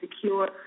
secure